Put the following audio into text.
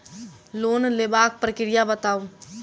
Loan लेबाक प्रक्रिया बताऊ?